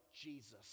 Jesus